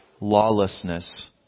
lawlessness